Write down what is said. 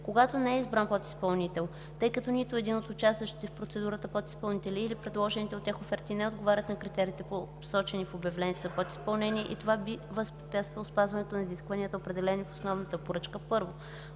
Когато не е избран подизпълнител, тъй като нито един от участващите в процедурата подизпълнители или предложените от тях оферти не отговарят на критериите, посочени в обявлението за подизпълнители, и това би възпрепятствало спазването на изискванията, определени в основната поръчка: 1.